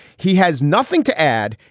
he has nothing to add.